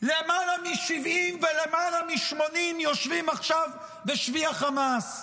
למעלה מ-70 ולמעלה מ-80 יושבים עכשיו בשבי החמאס,